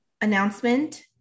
announcement